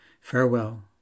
Farewell